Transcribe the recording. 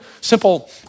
simple